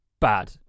bad